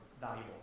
valuable